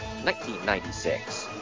1996